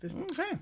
Okay